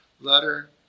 letter